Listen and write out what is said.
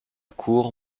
court